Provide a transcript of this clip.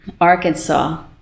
Arkansas